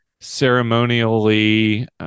ceremonially